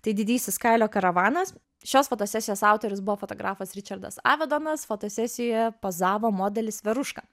tai didysis kailio karavanas šios fotosesijos autorius buvo fotografas ričardas avedonas fotosesijoje pozavo modelis veruška